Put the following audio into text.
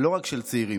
ולא רק של צעירים.